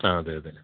ആ അതെ അതെ